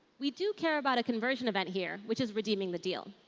we do care about a conversion event here, which is redeeming the deal.